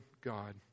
God